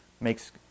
makes